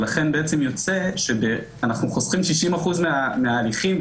ולכן יוצא שאנחנו חוסכים 60% מההליכים,